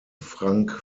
frank